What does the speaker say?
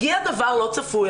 הגיע דבר לא צפוי,